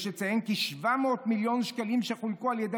יש לציין כי 700 מיליון שקלים שחולקו על ידי